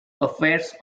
affairs